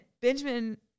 Benjamin